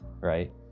right